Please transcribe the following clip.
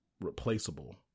replaceable